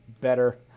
better